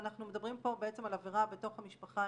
ואנחנו מדברים פה על עבירה בתוך המשפחה,